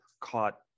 caught